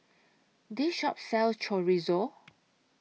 This Shop sells Chorizo